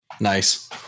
nice